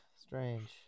Strange